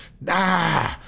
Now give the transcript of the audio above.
nah